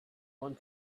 one